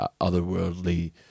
otherworldly